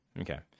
okay